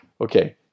Okay